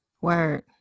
Word